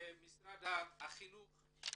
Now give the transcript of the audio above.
משרד החינוך,